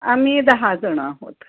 आम्ही दहा जणं आहोत